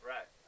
Right